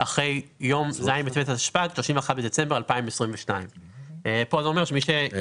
מענק עבודה, אתם רוצים לתת אותו,